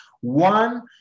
one